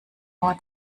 more